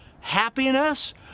happiness